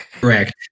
Correct